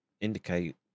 indicate